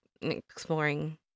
exploring